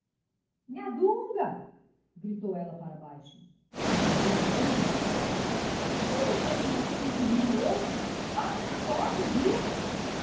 dunga gritou ela para baixo a sacudir um pano de mesa se você tem cuscuz de milho hoje bata na porta ouviu